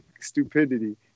stupidity